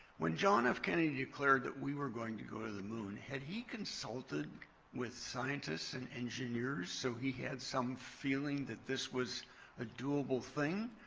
when john f kennedy declared that we were going to go to the moon, had he consulted with scientists and engineers, so he had some feeling that this was a doable thing?